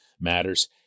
matters